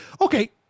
Okay